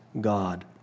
God